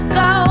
go